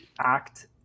act